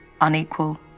unequal